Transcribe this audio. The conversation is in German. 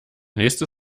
nächste